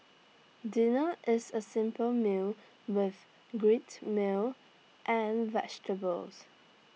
dinner is A simple meal with grilled meal and vegetables